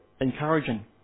encouraging